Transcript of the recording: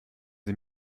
sie